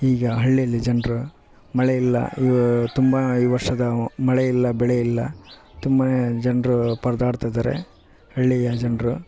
ಈಗ ಹಳ್ಳಿಲಿ ಜನರ ಮಳೆ ಇಲ್ಲ ತುಂಬ ಈ ವರ್ಷದ ಮಳೆಯಿಲ್ಲ ಬೆಳೆಯಿಲ್ಲ ತುಂಬಾ ಜನರು ಪರದಾಡ್ತಿದಾರೆ ಹಳ್ಳಿಯ ಜನರು